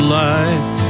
life